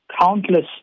countless